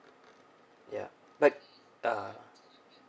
ya but uh